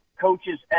coaches